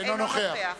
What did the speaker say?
אינו נוכח